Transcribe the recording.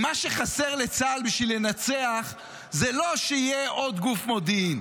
מה שחסר לצה"ל בשביל לנצח זה לא שיהיה עוד גוף מודיעין,